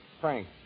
Frank